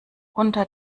unter